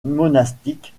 monastiques